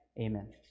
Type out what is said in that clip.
amen